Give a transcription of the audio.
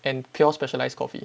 and pure specialized coffee